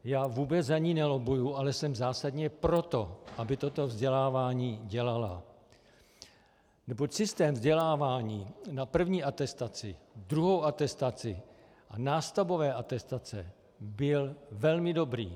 Já vůbec za ni nelobbuji, ale jsem zásadně pro to, aby toto vzdělávání dělala, neboť systém vzdělávání na první atestaci, druhou atestaci a nástavbové atestace byl velmi dobrý.